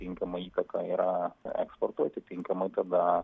tinkama įtaka yra eksportuoti tinkamai kada